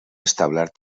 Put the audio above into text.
establert